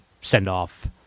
send-off